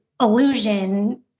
illusion